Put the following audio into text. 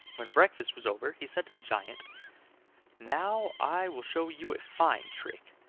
when breakfast was over he said to the giant now i will show you a fine trick.